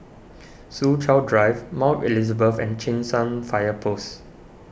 Soo Chow Drive Mount Elizabeth and Cheng San Fire Post